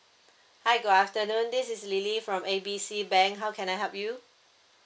hi good afternoon this is lily from A B C bank how can I help you